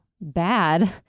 bad